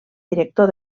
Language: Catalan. director